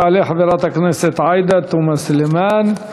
תעלה חברת הכנסת עאידה תומא סלימאן,